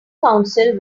counsel